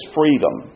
freedom